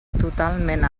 totalment